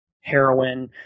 heroin